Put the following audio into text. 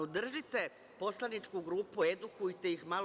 Održite poslaničku grupu, edukujte ih malo.